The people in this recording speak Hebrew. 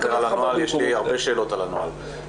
יש לי הרבה שאלות על הנוהל.